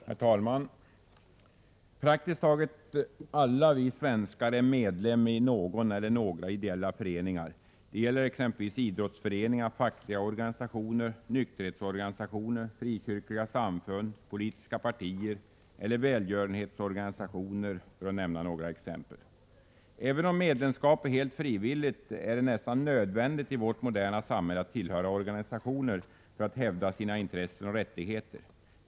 Herr talman! Praktiskt taget alla vi svenskar är medlemmar i någon eller några ideella föreningar. Det gäller exempelvis idrottsföreningar, fackliga organisationer, nykterhetsorganisationer, frikyrkliga samfund, politiska partier eller välgörenhetsorganisationer, för att nämna några exempel. Även om medlemskap är helt frivilligt är det praktiskt taget nödvändigt i vårt moderna samhälle att tillhöra organisationer för att man skall kunna hävda sina intressen och rättigheter.